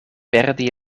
perdi